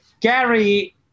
Gary